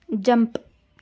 jump